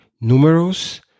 numerous